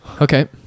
okay